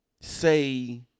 say